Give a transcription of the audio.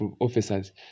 officers